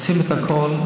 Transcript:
עושים את הכול.